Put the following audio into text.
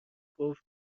گفت